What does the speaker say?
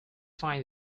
find